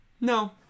No